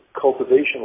cultivation